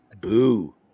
Boo